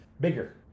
bigger